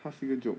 他是一个 joke